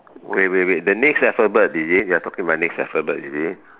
wait wait wait the next alphabet is it you're talking about next alphabet is it